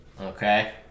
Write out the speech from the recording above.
okay